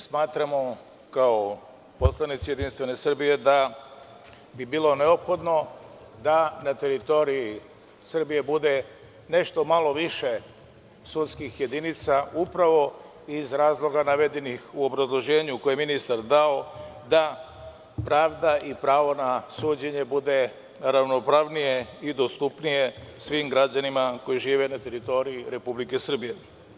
Smatramo, kao poslanici Jedinstvene Srbije da bi bilo neophodno da na teritoriji Srbije bude nešto malo više sudskih jedinica, upravo iz razloga navedenih u obrazloženju koje je ministar dao, da pravda i pravo na suđenje bude ravnopravnije i dostupnije svim građanima koji žive na teritoriji Republike Srbije.